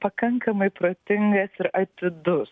pakankamai protingas ir atidus